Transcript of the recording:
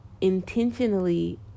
intentionally